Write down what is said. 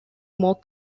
more